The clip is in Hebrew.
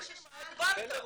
הגבלת?